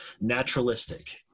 naturalistic